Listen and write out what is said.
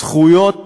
זכויות